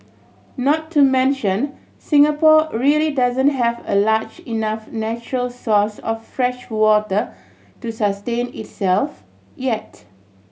not to mention Singapore really doesn't have a large enough natural source of freshwater to sustain itself yet